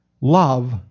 love